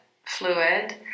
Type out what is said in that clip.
Fluid